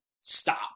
stop